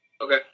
Okay